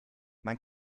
man